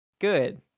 Good